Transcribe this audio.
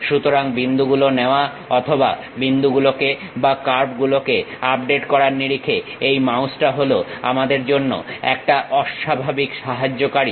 সুতরাং বিন্দুগুলো নেওয়া অথবা বিন্দুগুলো বা কার্ভগুলো আপডেট করার নিরিখে এই মাউসটা হলো আমাদের জন্য একটা অস্বাভাবিক সাহায্যকারী